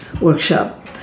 workshop